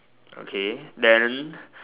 okay then